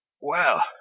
Well